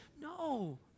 No